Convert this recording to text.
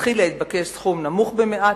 תחילה התבקש סכום נמוך במעט,